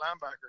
linebacker